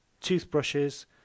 toothbrushes